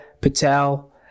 Patel